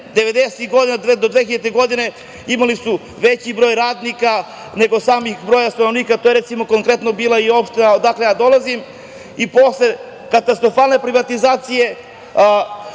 godina, do 2000. godine imali su veći broj radnika nego sam broj stanovnika. To je, recimo, konkretno bila i opština odakle ja dolazim. Posle katastrofalne privatizacije